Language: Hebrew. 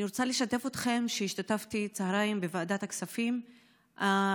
אני רוצה לשתף אתכם שהשתתפתי בצוהריים בישיבת ועדת הכספים בנושא